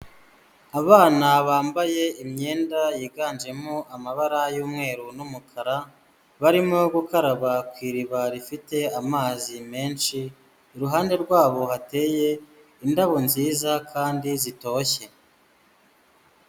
Abana bambaye imyenda yiganjemo amabara y'umweru n'umukara barimo gukaraba ku iriba rifite amazi menshi iruhande rwabo hateye indabo nziza kandi zitoshye.